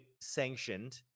sanctioned